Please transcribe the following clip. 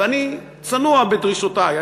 ואני כבר צנוע בדרישותי,